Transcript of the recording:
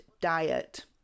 diet